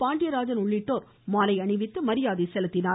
பாண்டியராஜன் உள்ளிட்டோர் மாலை அணிவித்து மரியாதை செலுத்தினர்